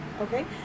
Okay